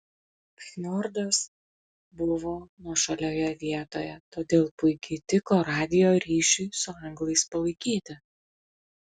fjordas buvo nuošalioje vietoje todėl puikiai tiko radijo ryšiui su anglais palaikyti